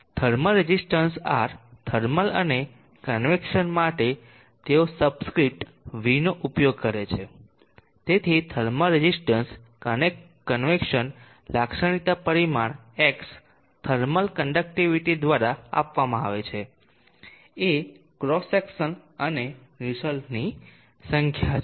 thermal resistance R thermal અને convection માટે તેઓ સબસ્ક્રિપ્ટ v નો ઉપયોગ કરે છે તેથી થર્મલ રેઝિસ્ટન્ટ કન્વેક્શન લાક્ષણિકતા પરિમાણ X થર્મલ કન્ડકટીવીટી દ્વારા આપવામાં આવે છે A ક્રોસ સેક્શનઅને નુસેલ્ટની સંખ્યા છે